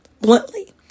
bluntly